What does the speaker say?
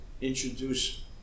introduce